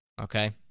Okay